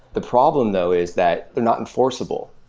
the problem though is that they're not enforceable.